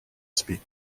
speak